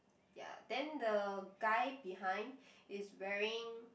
ya then the guy behind is wearing